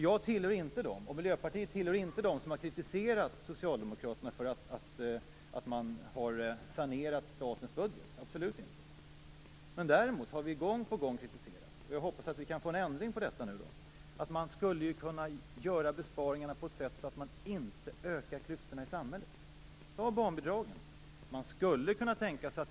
Jag och Miljöpartiet hör inte till dem som har kritiserat Socialdemokraterna för att man har sanerat statens budget. Absolut inte. Däremot har vi gång på gång kritiserat det sätt på vilket det sker - och jag hoppas att vi nu kan få en ändring på detta. Man kan göra besparingarna på ett sådant sätt att man inte ökar klyftorna i samhället. Vi kan ta barnbidragen som ett exempel.